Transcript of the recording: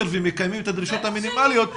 והם מקיימים את הדרישות המינימליות ,